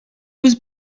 was